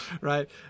right